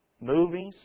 movies